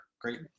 Great